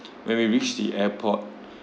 when we reach the airport